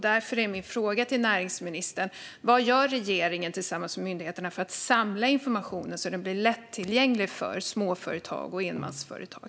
Därför är min fråga till näringsministern: Vad gör regeringen tillsammans med myndigheterna för att samla informationen så att den blir lättillgänglig för småföretag och enmansföretag?